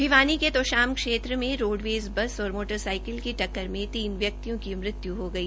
भिवानी के तोशाम क्षेत्र में रोडवेज बस और मोटरसाइकिल की टक्कर में तीन व्यक्तियों की मृत्यु हो गई